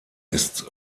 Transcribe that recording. ist